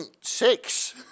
six